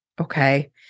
Okay